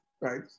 right